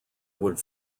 would